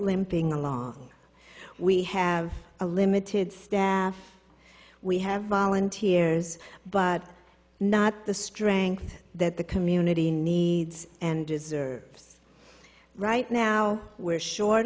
limping along we have a limited staff we have volunteers but not the strength that the community needs and deserves right now we're short